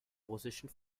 russischen